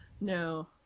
no